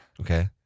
Okay